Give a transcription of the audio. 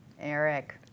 Eric